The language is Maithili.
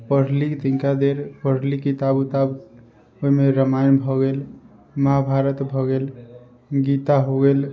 पढ़ली तनिका देर पढ़ली किताब उताब ओहिमे रामायण भऽ गेल महाभारत भऽ गेल गीता हो गेल